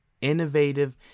innovative